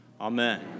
Amen